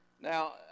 Now